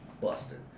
busted